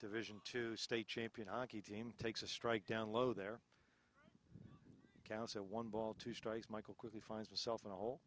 division two state champion hockey team takes a strike down low their counsel one ball two strikes michael quickly finds himself in a hole